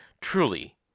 truly